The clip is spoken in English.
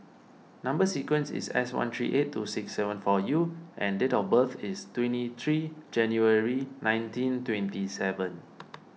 Number Sequence is S one three eight two six seven four U and date of birth is twenty three January nineteen twenty seven